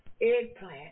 eggplant